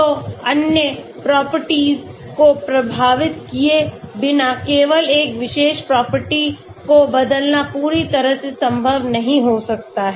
तो अन्य प्रॉपर्टीज को प्रभावित किए बिना केवल एक विशेष प्रॉपर्टी को बदलना पूरी तरह से संभव नहीं हो सकता है